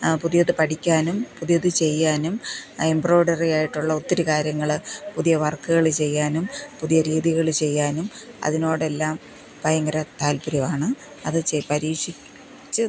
പുതിയത് പഠിക്കാനും പുതിയത് ചെയ്യാനും എബ്രോഡറി ആയിട്ടുള്ള ഒത്തിരി കാര്യങ്ങൾ പുതിയ വര്ക്ക്കൾ ചെയ്യാനും പുതിയ രീതികൾ ചെയ്യാനും അതിനോടെല്ലാം ഭയങ്കര താല്പ്പര്യമാണ് അത് പരീക്ഷിച്ച്